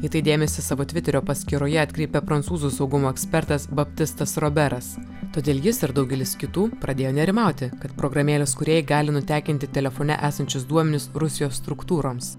į tai dėmesį savo tviterio paskyroje atkreipė prancūzų saugumo ekspertas baptistas roberas todėl jis ir daugelis kitų pradėjo nerimauti kad programėlės kūrėjai gali nutekinti telefone esančius duomenis rusijos struktūroms